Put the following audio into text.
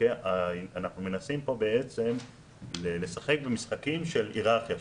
אנחנו מנסים לשחק במשחקים של היררכיה,